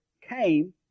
came